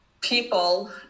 people